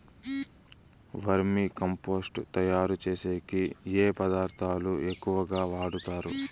వర్మి compost తయారుచేసేకి ఏ పదార్థాలు ఎక్కువగా వాడుతారు